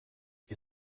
wie